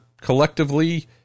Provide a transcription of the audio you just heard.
collectively